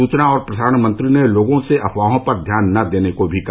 सूचना और प्रसारण मंत्री ने लोगों से अफवाहों पर ध्यान न देने को भी कहा